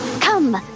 Come